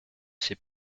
ses